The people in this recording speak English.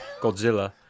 Godzilla